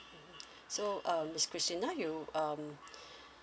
so um miss christina you um